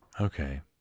Okay